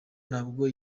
ntabwo